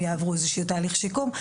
הם יעברו איזשהו תהליך שיקום.